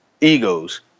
egos